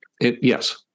Yes